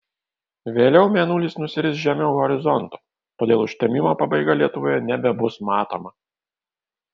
vėliau mėnulis nusiris žemiau horizonto todėl užtemimo pabaiga lietuvoje nebebus matoma